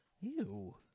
Ew